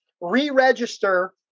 re-register